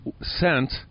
sent